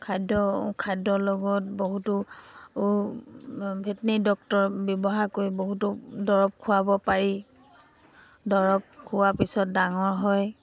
খাদ্য খাদ্যৰ লগত বহুতো ভেটনেৰী ডক্টৰ ব্যৱহাৰ কৰি বহুতো দৰৱ খুৱাব পাৰি দৰৱ খোৱাৰ পিছত ডাঙৰ হয়